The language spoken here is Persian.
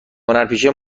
هنرپیشه